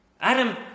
Adam